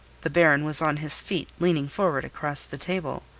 the baron was on his feet, leaning forward across the table.